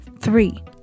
Three